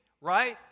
right